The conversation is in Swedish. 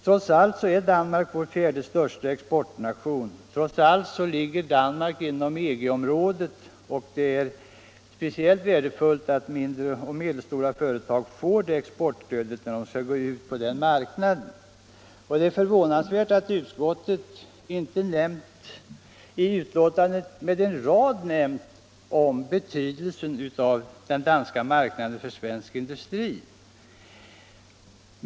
Trots allt är Danmark vår fjärde exportnation i storlek, trots allt ligger Danmark inom EG-området och det är speciellt värdefullt att mindre och medelstora företag får detta exportstöd när de skall gå ut på den marknaden. Det är förvånansvärt att utskottet inte med en rad i betänkandet nämnt betydelsen av den danska marknaden för svensk industri.